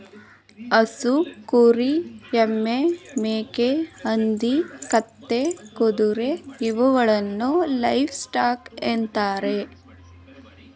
ಹಸು, ಕುರಿ, ಎಮ್ಮೆ, ಮೇಕೆ, ಹಂದಿ, ಕತ್ತೆ, ಕುದುರೆ ಇವುಗಳನ್ನು ಲೈವ್ ಸ್ಟಾಕ್ ಅಂತರೆ